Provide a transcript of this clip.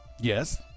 Yes